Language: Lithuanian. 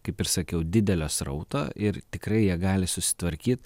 kaip ir sakiau didelio srauto ir tikrai jie gali susitvarkyti